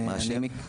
מה השם?